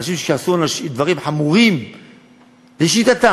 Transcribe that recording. אנשים שעשו דברים חמורים לשיטתם,